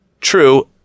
True